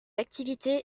activités